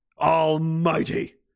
almighty